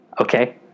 Okay